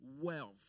Wealth